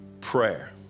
prayer